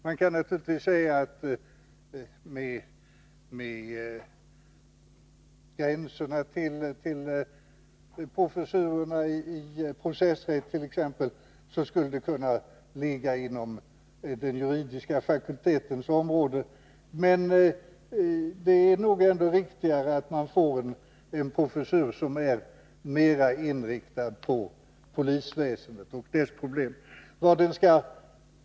Man kan naturligtvis säga att området gränsar till exempelvis processrätten och därför skulle kunna ligga inom den juridiska fakultetens område, men det är nog riktigare att man får en professur som är mera inriktad på polisväsendet och dess problem.